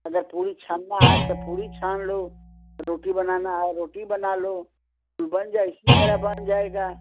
अगर पूरी छानना है तो पूरी छान लो रोटी बनाना है रोटी बना लो तो बन जाए इसी तरह बन जाएगा